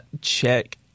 check